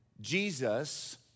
Jesus